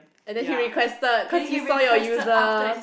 and then he requested cause he saw your user